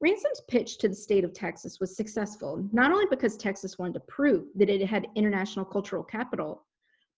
ransom's pitch to the state of texas was successful not only because texas wanted to prove that it had international cultural capital